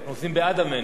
אנחנו עושים בעד עמנו.